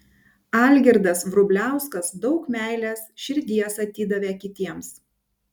algirdas vrubliauskas daug meilės širdies atidavė kitiems